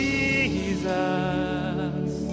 Jesus